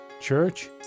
Church